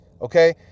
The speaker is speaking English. okay